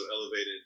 elevated